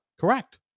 Correct